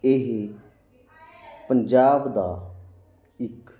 ਇਹ ਪੰਜਾਬ ਦਾ ਇੱਕ